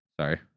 sorry